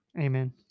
amen